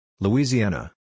Louisiana